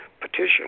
petition